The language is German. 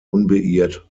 unbeirrt